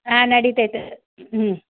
ಹಾಂ ನಡಿತೈತೆ ಹ್ಞೂ